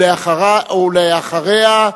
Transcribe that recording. ואחריה,